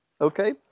okay